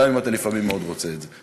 גם אם אתה לפעמים מאוד רוצה את זה.